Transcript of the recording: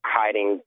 hiding